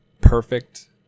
perfect